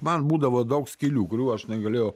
man būdavo daug skylių kurių aš negalėjau